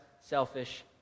selfish